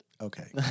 Okay